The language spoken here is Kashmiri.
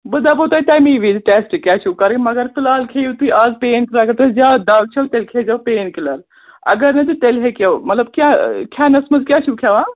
بہٕ دَپو تۄہہِ تَمی وِزِ ٹٮ۪سٹہٕ کیٛاہ چھُو کَرٕنۍ مگر فِلحال کھیٚیِو تُہۍ اَز پین کِلر اگر تۄہہِ زیادٕ دَگ چھَو تیٚلہِ کھیٚزیٚو پین کِلَر اگر نہٕ تہٕ تیٚلہِ ہیٚکِو مطلب کیٛاہ کھٮ۪نَس منٛز کیٛاہ چھُو کھٮ۪وان